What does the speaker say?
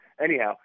anyhow